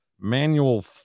manual